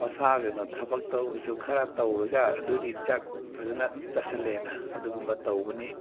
ꯃꯁꯥ ꯀꯩꯅꯣ ꯊꯕꯛ ꯇꯧꯕꯁꯨ ꯈꯔ ꯇꯧꯔꯒ ꯑꯗꯨꯗꯤ ꯆꯥꯛ ꯐꯖꯅ ꯆꯥꯁꯤꯜꯂꯦꯅ ꯑꯗꯨꯒꯨꯝꯕ ꯇꯧꯕꯅꯤ